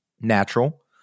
natural